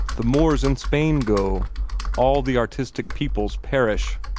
the moors in spain go all the artistic peoples perish.